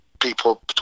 people